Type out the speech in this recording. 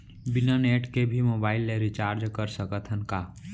बिना नेट के भी मोबाइल ले रिचार्ज कर सकत हन का?